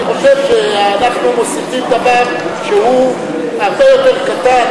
אני חושב שאנחנו מוסיפים דבר שהוא הרבה יותר קטן